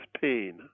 pain